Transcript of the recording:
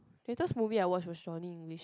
latest movie I watch was Johnny English